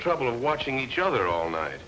trouble of watching each other all night